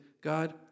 God